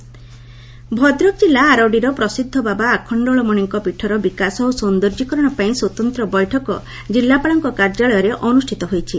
ବୈଠକ ଭଦ୍ରକ କିଲ୍ଲା ଆରଡିର ପ୍ରସିଦ୍ଧ ବାବା ଆଖଖଳମଣିଙ୍କ ପୀଠର ବିକାଶ ଓ ସୌଦର୍ଯ୍ୟକରଣ ପାଇଁ ସ୍ୱତନ୍ତ ବୈଠକ ଜିଲ୍ଲାପାଳଙ୍କ କାର୍ଯ୍ୟାଳୟରେ ଅନୁଷିତ ହୋଇଛି